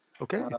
Okay